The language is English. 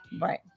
Right